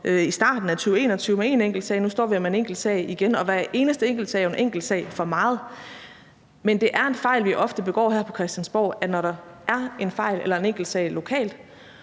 i starten af 2021 med én enkeltsag; nu står vi her med en enkeltsag igen, og hver eneste enkeltsag er jo en enkeltsag for meget. Men det er en fejl, vi ofte begår her på Christiansborg: at når der er en fejl eller en enkeltsag lokalt,